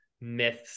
myths